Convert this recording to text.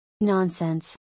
Nonsense